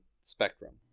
spectrum